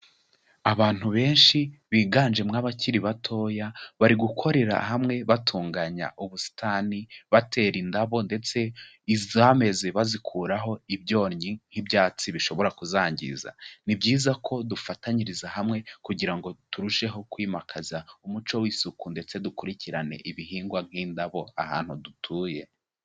Abantu benshi biganjemo abakiri batoya bari gukorera hamwe batunganya ubusitani batera indabo ndetse izameze bazikuraho ibyonnyi nk'ibyatsi bishobora kuzangiza, ni byiza ko dufatanyiriza hamwe kugira ngo turusheho kwimakaza umuco w'isuku ndetse dukurikirane ibihingwa nk'indabo ahantu dutuye.